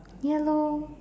ya lor